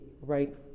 right